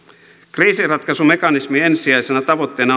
kriisinratkaisumekanismin ensisijaisena tavoitteena